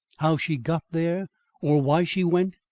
how she got there or why she went,